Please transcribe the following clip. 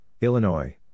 Illinois